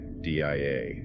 DIA